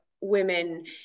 women